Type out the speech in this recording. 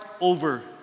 over